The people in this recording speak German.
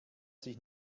sich